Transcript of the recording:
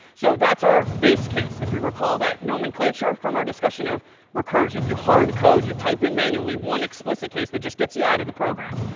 so that's our base case, if you recall that nomenclature from our discussion of recursion. you hard code. you type in manually one explicit case that just gets you out of the program.